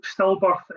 stillbirth